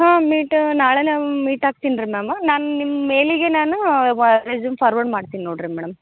ಹ್ಞೂ ಮೀಟ್ ನಾಳೆಯೇ ಮೀಟ್ ಆಗ್ತಿನಿ ರೀ ಮ್ಯಾಮ್ ನಾನು ನಿಮ್ಮ ಮೇಲಿಗೆ ನಾನು ವಾ ರೆಸ್ಯುಮ್ ಫಾರ್ವರ್ಡ್ ಮಾಡ್ತೀನಿ ನೋಡಿರಿ ಮೇಡಮ್